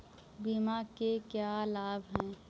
बीमा के क्या लाभ हैं?